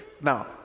Now